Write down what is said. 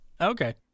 Okay